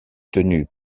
tenus